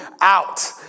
out